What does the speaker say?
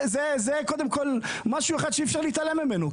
זה קודם כל משהו אחד שאי אפשר להתעלם ממנו,